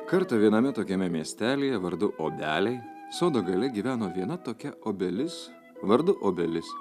kartą viename tokiame miestelyje vardu obeliai sodo gale gyveno viena tokia obelis vardu obelis